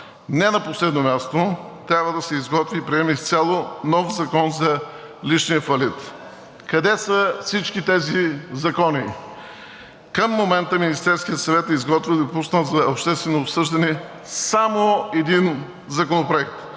Не на последно място трябва да се изготви и приеме изцяло нов Закон за личния фалит. Къде са всички тези закони? Към момента Министерският съвет е изготвил и пуснал за обществено обсъждане само един законопроект